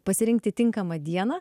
pasirinkti tinkamą dieną